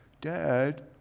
dad